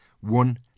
one